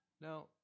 Now